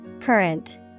Current